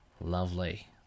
Lovely